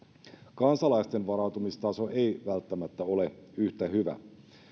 kansalaisten varautumistaso ei välttämättä ole yhtä hyvä